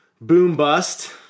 boom-bust